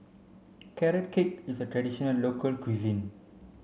carrot cake is a traditional local cuisine